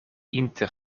inter